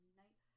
night